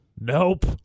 nope